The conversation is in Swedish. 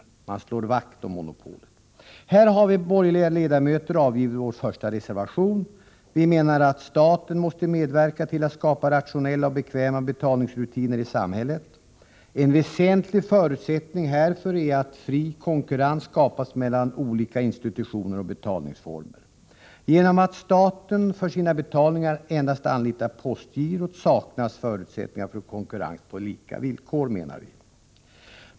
Man slår vakt om monopolet. Här har vi borgerliga ledamöter avgivit vår första reservation. Vi menar att staten måste medverka till att skapa rationella och bekväma betalningsrutiner i samhället. En väsentlig förutsättning härför är att fri konkurrens skapas mellan olika institutioner och betalningsformer. Genom att staten för sina betalningar endast anlitar postgirot saknas förutsättningar för konkurrens på lika villkor, menar vi.